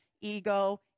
ego